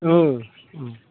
औ अ